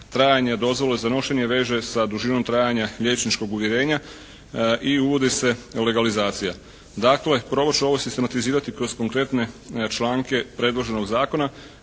trajanja dozvole za nošenje veže sa dužinom trajanja liječničkog uvjerenja i uvodi se legalizacija. Dakle, prvo ću ovo sistematizirati kroz konkretne članke predloženog zakona.